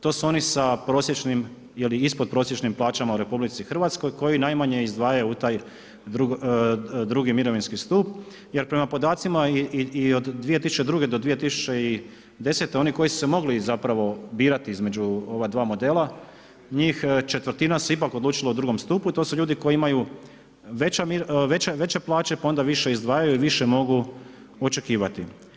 To su oni sa prosječnim ili ispodprosječnim plaćama u RH koji najmanje izdvajaju u taj drugi mirovinski stup je prema podacima i od 2002-2010. oni koji su se mogli zapravo birati između ova dva modela, njih četvrtina se ipak odlučilo o drugom stupu i to su ljudi koji imaju veće plaće, pa onda više izdvajaju i više mogu očekivati.